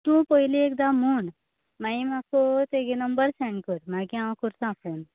तूं पयलीं एकदा म्हूण मागीर म्हाका तेगे नंबर सेंड कर मागीर हांव करता फोन